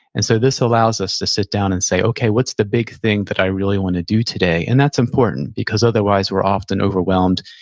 and so this allows us to sit down and say, okay, what's the big thing that i really want to do today? and that's important, because otherwise, we're often overwhelmed,